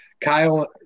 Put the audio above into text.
Kyle